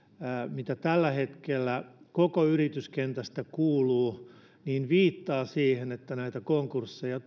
mitä tällä hetkellä koko yrityskentästä kuuluu viittaa siihen että näitä konkursseja